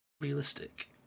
Realistic